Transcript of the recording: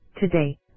Today